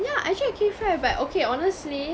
yeah I tried K Fry but okay honestly